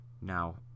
now